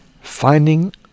Finding